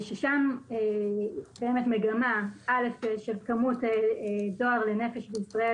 שם קיימת מגמה של כמות דואר לנפש בישראל,